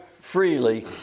freely